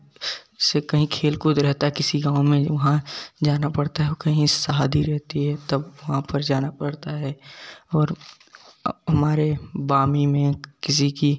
जैसे कहीं खेल कूद रहता है किसी गाँव में वहाँ जाना पड़ता है और कहीं शादी रहती है तब वहाँ पर जाना पड़ता है और हमारे बामी में किसी की